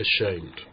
ashamed